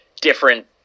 different